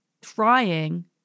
trying